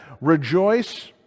rejoice